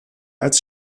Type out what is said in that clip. als